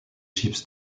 ships